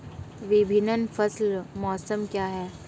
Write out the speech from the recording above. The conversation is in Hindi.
विभिन्न फसल मौसम क्या हैं?